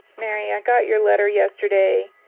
mary, i got your letter yesterday.